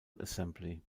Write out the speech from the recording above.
assembly